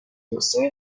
desert